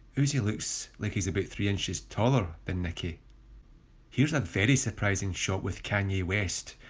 uzi looks like he's about three inches taller than nicki here's a very surprising shot with kanye west,